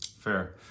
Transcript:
fair